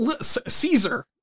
Caesar